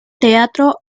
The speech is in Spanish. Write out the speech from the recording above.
teatro